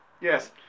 Yes